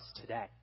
today